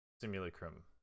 Simulacrum